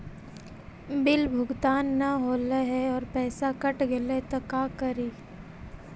Bill भुगतान न हौले हे और पैसा कट गेलै त का करि?